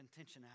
intentionality